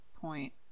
point